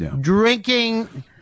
drinking